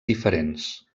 diferents